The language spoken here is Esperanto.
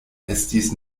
estis